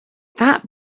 that